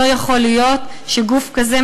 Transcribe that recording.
לא יכול להיות שגוף כזה,